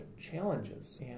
challenges